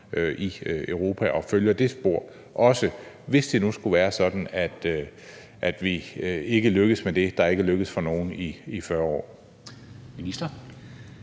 i Europa og følger det spor også, hvis det nu skulle være sådan, at vi ikke lykkes med det, der ikke er lykkedes for nogen i 40 år?